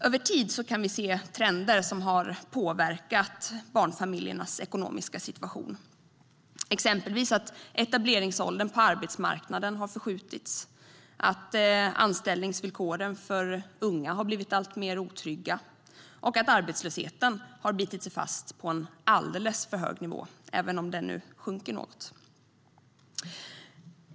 Över tid kan vi se trender som har påverkat barnfamiljernas ekonomiska situation, exempelvis att etableringsåldern på arbetsmarknaden har förskjutits, att anställningsvillkoren för unga har blivit alltmer otrygga och att arbetslösheten har bitit sig fast på en alldeles för hög nivå, även om den nu sjunker något.